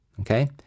okay